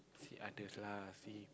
see others lah see